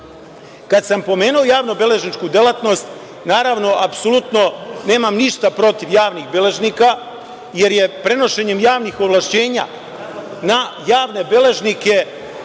sam pomenuo javnobležničku delatnost, naravno apsolutno nemam ništa protiv javnih beležnika, jer je prenošenjem javnih ovlašćenja na javne beležnike